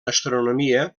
astronomia